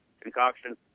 concoction